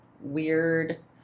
weird